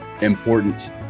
important